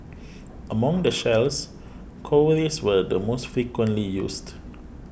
among the shells cowries were the most frequently used